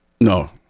no